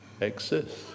exist